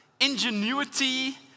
ingenuity